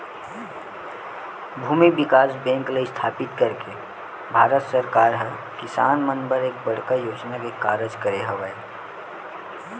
भूमि बिकास बेंक ल इस्थापित करके भारत सरकार ह किसान मन बर एक बड़का सहयोग के कारज करे हवय